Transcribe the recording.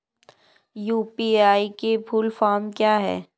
UPI की full form क्या है?